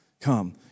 come